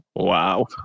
Wow